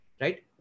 Right